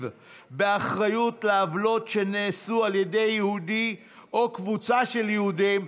באחריות לעוולות שנעשו על ידי יהודי או קבוצה של יהודים,